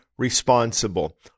responsible